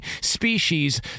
species